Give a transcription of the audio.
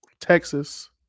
Texas